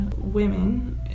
women